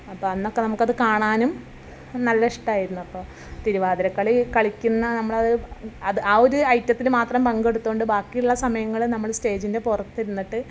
അപ്പോൾ അന്നൊക്കെ നമുക്കത് കാണാനും നല്ല ഇഷ്ടമായിരുന്നു അപ്പോൾ തിരുവാതിരക്കളി കളിക്കുന്ന നമ്മളത് അത് ആ ഒരു ഐറ്റത്തിൽ മാത്രം പങ്കെടുത്തുകൊണ്ട് ബാക്കിയുള്ള സമയങ്ങൾ നമ്മൾ സ്റ്റേജിൻ്റെ പുറത്തിരുന്നിട്ട്